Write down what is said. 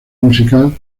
musical